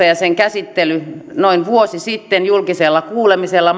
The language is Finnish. ja sen käsittely alkoi eduskunnassa noin vuosi sitten maaliskuussa julkisella kuulemisella